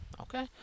Okay